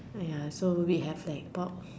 !aiya! so we have like about